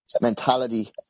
mentality